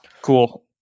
cool